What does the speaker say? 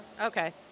Okay